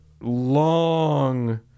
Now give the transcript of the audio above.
long